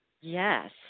yes